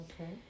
Okay